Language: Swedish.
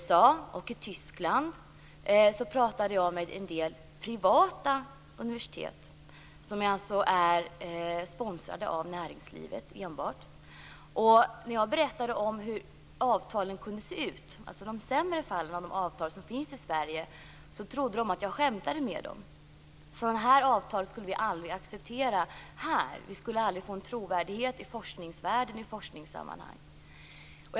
Jag pratade också med ett antal privata universitet i USA och i Tyskland, som alltså är finansierade enbart av näringslivet. När jag berättade om hur våra avtal kunde se ut, dvs. de sämre fallen av de avtal som finns i Sverige, trodde de att jag skämtade med dem. Sådana här avtal skulle vi aldrig acceptera här; vi skulle aldrig få trovärdighet i forskningsvärlden, hette det.